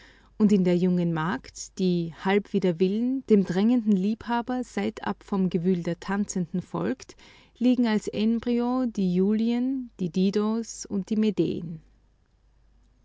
und in der jungen magd die halb wider willen dem drängenden liebhaber seitab vom gewühl der tanzenden folgt liegen als embryo die julien die didos und die medeen